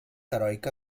heroica